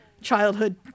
childhood